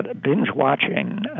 binge-watching